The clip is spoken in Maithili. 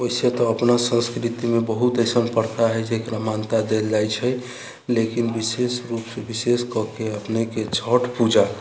वैसे तऽ अपना सन्स्कृतिमे बहुत एहन प्रथा हइ जेकरा मान्यता देल जाइत छै लेकिन विशेष रुपसँ विशेष कऽ कऽ अपनेके छठि पूजा